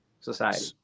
society